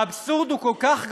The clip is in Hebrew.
האבסורד הוא כל כך גדול,